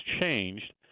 changed